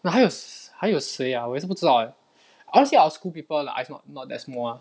那还有还有谁啊我也是不知道 leh honestly our school people the eyes not not that small ah